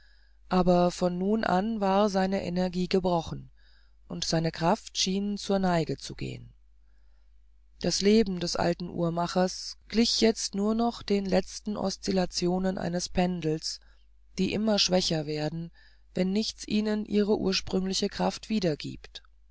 aber von nun an war seine energie gebrochen und seine kraft schien zur neige zu gehen das leben des alten uhrmachers glich jetzt nur noch den letzten oscillationen eines pendels die immer schwächer werden wenn nichts ihnen ihre ursprüngliche kraft wiedergiebt